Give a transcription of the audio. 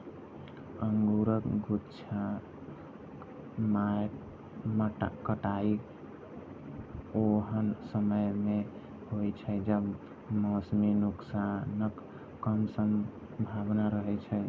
अंगूरक गुच्छाक कटाइ ओहन समय मे होइ छै, जब मौसमी नुकसानक कम संभावना रहै छै